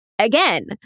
Again